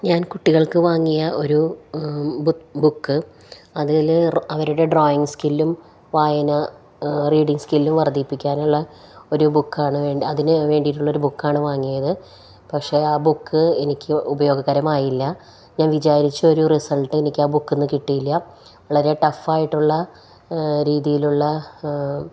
ഞാൻ കുട്ടികൾക്കു വാങ്ങിയ ഒരു ബുക്ക് അതില് അവരുടെ ഡ്രോയിങ്ങ് സ്കില്ലും വായന റീഡിങ് സ്കില്ലും വർദ്ധിപ്പിക്കാനുള്ള ഒരു ബുക്കാണ് അതിനു വേണ്ടിയിട്ടുള്ളൊരു ബുക്കാണ് വാങ്ങിയത് പക്ഷെ ആ ബുക്ക് എനിക്ക് ഉപയോഗകരമായില്ല ഞാൻ വിചാരിച്ച ഒരു റിസൾട്ട് എനിക്ക് ആ ബുക്കില്നിന്നു കിട്ടിയില്ല വളരെ ടഫായിട്ടുള്ള രീതിയിലുള്ള